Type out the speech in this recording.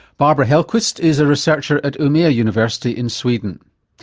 barbro hellquist is a researcher at umea university in sweden.